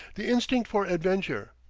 the instinct for adventure.